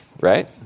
right